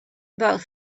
about